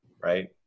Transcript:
Right